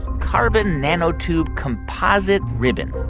carbon nanotube composite ribbon.